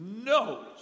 knows